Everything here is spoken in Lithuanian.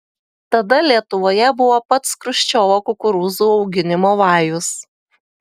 tada lietuvoje buvo pats chruščiovo kukurūzų auginimo vajus